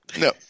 no